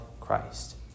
Christ